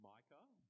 Micah